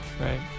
right